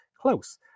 close